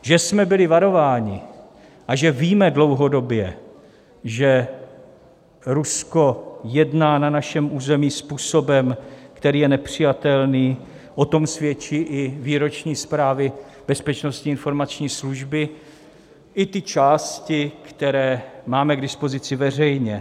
Že jsme byli varováni a že víme dlouhodobě, že Rusko jedná na našem území způsobem, který je nepřijatelný, o tom svědčí i výroční zprávy Bezpečnostní informační služby, i ty části, které máme k dispozici veřejně.